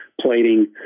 plating